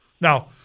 Now